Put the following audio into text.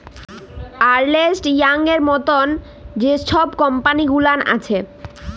আর্লেস্ট ইয়াংয়ের মতল যে ছব কম্পালি গুলাল আছে